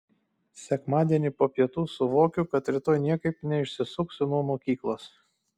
sekmadienį po pietų suvokiu kad rytoj niekaip neišsisuksiu nuo mokyklos